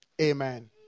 Amen